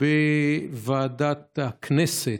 בוועדת הכנסת.